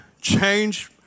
change